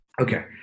Okay